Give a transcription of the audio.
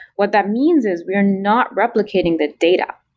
what that means is we're not replicating the data,